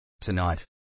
Tonight